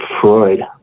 Freud